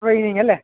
ട്രെയിനിങ്ങല്ലെ